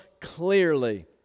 clearly